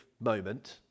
moment